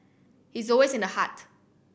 he's always in the heart